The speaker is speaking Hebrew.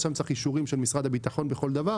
אלא צריך שם אישורים של משרד הביטחון בכל דבר.